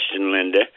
Linda